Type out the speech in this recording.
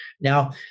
Now